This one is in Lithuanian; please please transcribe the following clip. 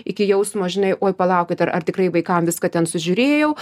iki jausmo žinai oj palaukit ar ar tikrai vaikams viską ten sužiūrėjau